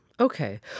Okay